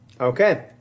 Okay